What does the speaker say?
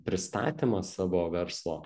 pristatymą savo verslo